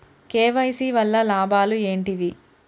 KYC వల్ల లాభాలు ఏంటివి?